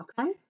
Okay